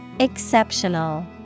Exceptional